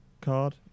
card